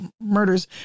murders